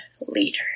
leader